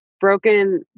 broken